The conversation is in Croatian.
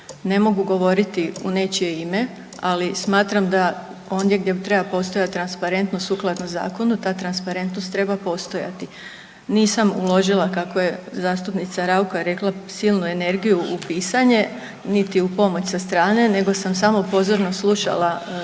Ne mogu govoriti u nečije ime, ali smatram da ondje gdje treba postojati transparentnost sukladno zakonu ta transparentnost treba postojati. Nisam uložila kako je zastupnica Raukar rekla silnu energiju u pisanje, niti u pomoć sa strane, nego sam samo pozorno slušala